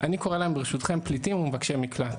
אני קורא להם ברשותכם, פליטים ומבקשי מקלט.